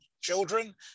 children